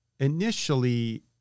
Initially